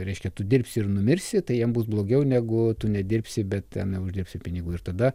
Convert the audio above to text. reiškia tu dirbsi ir numirsi tai jam bus blogiau negu tu nedirbsi bet ten neuždirbsiu pinigų ir tada